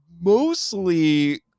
mostly